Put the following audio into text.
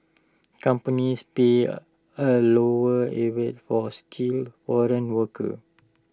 companies pay A lower levy for skilled foreign workers